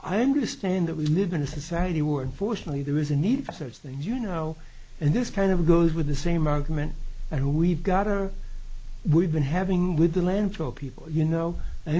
i understand that we live in a society were unfortunately there was a need for such things you know and this kind of goes with the same argument and we've got to we've been having with the landfill people you know i